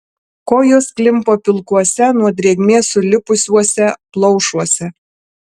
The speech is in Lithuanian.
kojos klimpo pilkuose nuo drėgmės sulipusiuose plaušuose